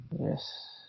Yes